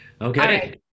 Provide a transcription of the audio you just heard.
okay